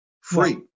free